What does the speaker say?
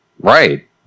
Right